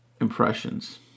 impressions